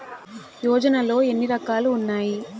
యోజనలో ఏన్ని రకాలు ఉన్నాయి?